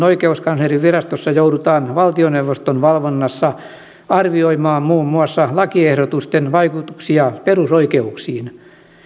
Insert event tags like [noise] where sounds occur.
[unintelligible] oikeuskanslerinvirastossa joudutaan valtioneuvoston valvonnassa arvioimaan muun muassa lakiehdotusten vaikutuksia perusoikeuksiin